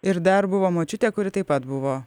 ir dar buvo močiutė kuri taip pat buvo